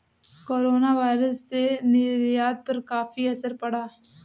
coronavirus से निर्यात पर काफी असर पड़ा